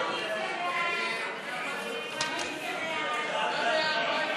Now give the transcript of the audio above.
סעיפים